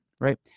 Right